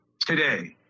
today